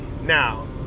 Now